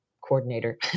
coordinator